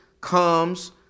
comes